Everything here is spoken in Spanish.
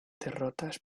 derrotas